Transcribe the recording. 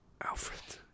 Alfred